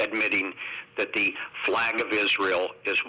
admitting that the flag of israel is